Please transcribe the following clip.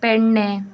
Pernem